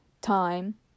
time